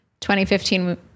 2015